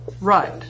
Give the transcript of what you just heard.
Right